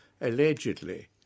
allegedly